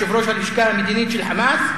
יושב-ראש הלשכה המדינית של "חמאס",